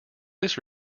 this